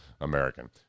American